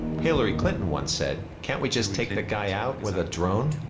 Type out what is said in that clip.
hillary clinton once said can't we just take the guy out with a drone?